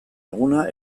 eguna